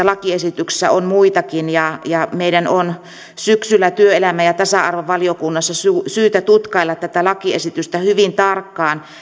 lakiesityksessä on muitakin ja ja meidän on syksyllä työelämä ja tasa arvovaliokunnassa syytä syytä tutkailla tätä lakiesitystä hyvin tarkkaan